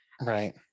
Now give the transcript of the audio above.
Right